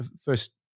first